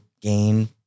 gain